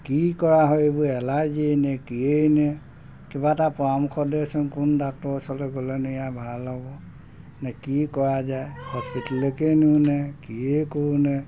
কি কৰা হয় এইবোৰ এলাৰ্জিয়েই নে কিয় নে কিবা এটা পৰামৰ্শ দেচোন কোন ডাক্তৰ ওচৰলৈ গ'লে নিয়া ভাল হ'ব নে কি কৰা যায় হস্পিতেলকেই নিও নে কিয়েই কৰো নে